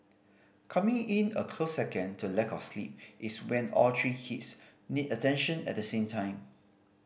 coming in a close second to lack of sleep is when all three kids need attention at the same time